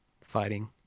fighting